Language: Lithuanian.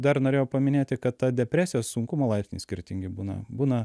dar norėjau paminėti kad ta depresija sunkumo laipsniai skirtingi būna būna